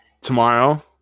tomorrow